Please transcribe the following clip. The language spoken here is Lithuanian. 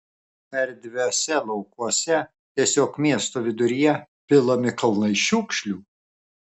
erdviuose laukuose tiesiog miesto viduryje pilami kalnai šiukšlių